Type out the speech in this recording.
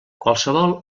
qualsevol